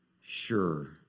sure